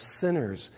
sinners